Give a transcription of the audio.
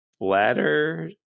bladder